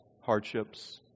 hardships